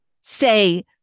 say